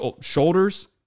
shoulders